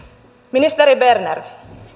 ministeri berner